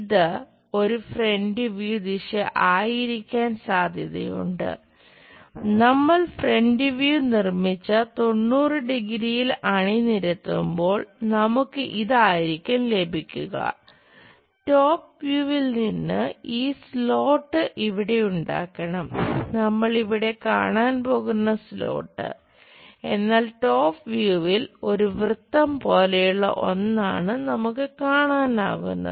ഇത് ഒരു front view ഒരു വൃത്തം പോലെയുള്ള ഒന്നാണ് നമുക്ക് കാണാനാകുന്നത്